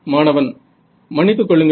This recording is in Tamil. மாணவன் மன்னித்துக் கொள்ளுங்கள்